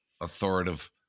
authoritative